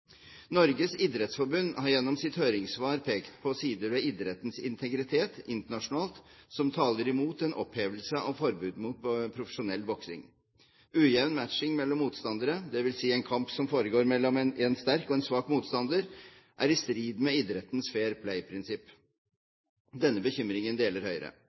Norges idrettsforbund har gjennom sitt høringssvar pekt på sider ved idrettens integritet internasjonalt, som taler imot en opphevelse av forbudet mot profesjonell boksing. Ujevn matching mellom motstandere, dvs. en kamp som foregår mellom en sterk og en svak motstander, er i strid med idrettens fair-play-prinsipp. Denne bekymringen deler Høyre.